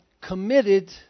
committed